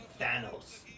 Thanos